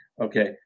Okay